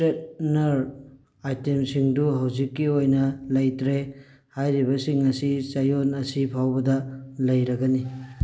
straightener ꯑꯥꯏꯇꯦꯝꯁꯤꯡꯗꯨ ꯍꯧꯖꯤꯛꯀꯤ ꯑꯣꯏꯅ ꯂꯩꯇ꯭ꯔꯦ ꯍꯥꯏꯔꯤꯕꯁꯤꯡ ꯑꯁꯤ ꯆꯌꯣꯜ ꯑꯁꯤ ꯐꯥꯎꯕꯗ ꯂꯩꯔꯒꯅꯤ